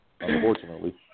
unfortunately